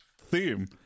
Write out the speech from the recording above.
theme